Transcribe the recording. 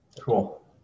Cool